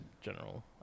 general